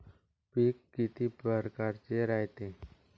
पिकं किती परकारचे रायते?